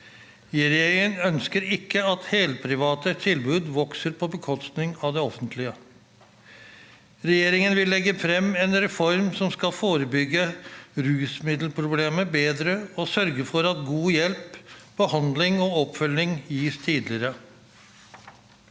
Regjeringen ønsker ikke at helprivate tilbud vokser på bekostning av det offentlige. Regjeringen vil legge frem en reform som skal forebygge rusmiddelproblemer bedre og sørge for at god hjelp, behandling og oppfølging gis tidligere.